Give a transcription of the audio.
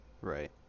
right